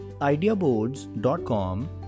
ideaboards.com